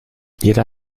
jeder